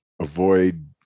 avoid